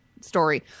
story